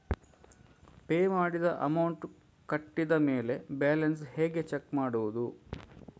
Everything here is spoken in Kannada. ಪೇ ಮಾಡಿದ ಅಮೌಂಟ್ ಕಟ್ಟಿದ ಮೇಲೆ ಬ್ಯಾಲೆನ್ಸ್ ಹೇಗೆ ಚೆಕ್ ಮಾಡುವುದು?